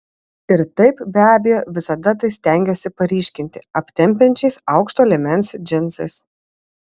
ir taip be abejo visada tai stengiuosi paryškinti aptempiančiais aukšto liemens džinsais